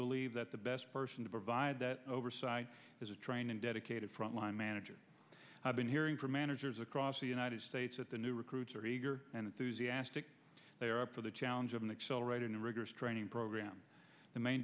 believe that the best person to provide that oversight is a train and dedicated front line manager i've been hearing from managers across the united states that the new recruits are eager and enthusiastic they are up for the challenge of an accelerated and rigorous training program the main